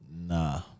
nah